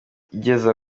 igeza